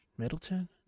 Middleton